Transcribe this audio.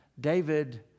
David